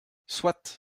soit